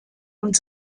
und